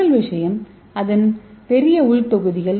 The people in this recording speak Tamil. முதல் விஷயம் அதன் பெரிய உள் தொகுதிகள்